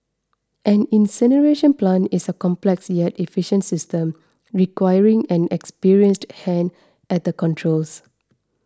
an incineration plant is a complex yet efficient system requiring an experienced hand at the controls